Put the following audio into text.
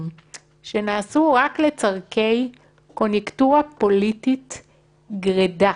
שנעשו רק לצרכי קוניוקטורה פוליטית גרידא.